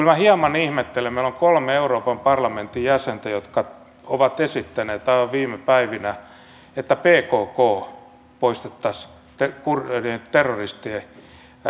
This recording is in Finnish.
meillä on kolme euroopan parlamentin jäsentä jotka ovat esittäneet aivan viime päivinä että pkk poistettaisiin terroristiorganisaatioiden listalta